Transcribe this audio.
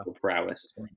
prowess